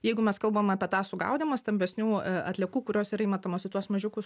jeigu mes kalbam apie tą sugaudymą stambesnių atliekų kurios yra imetamos į tuos mažiukus